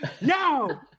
No